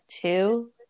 Two